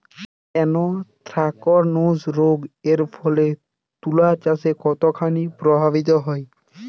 Anthracnose রোগ এর ফলে তুলাচাষ কতখানি প্রভাবিত হয়?